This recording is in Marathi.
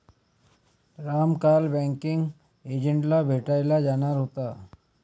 राम काल बँकिंग एजंटला भेटायला जाणार होता